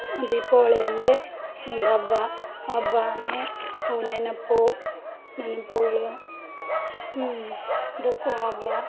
ದೀಪಾವಳಿ ಅಂದರೆ ಒಂದು ಹಬ್ಬ ಹಬ್ಬನೇ ಹೂ ನೆನಪು ನೆನಪುಗಳು ದಸರಾ ಹಬ್ಬ